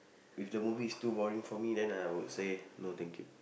if the movie is too boring for me then I would say no thank you